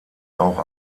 auch